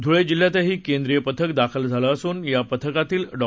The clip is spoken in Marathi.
धुळे जिल्ह्यातही केंद्रिय पथक दाखल झालं असून या पथकातील डॉ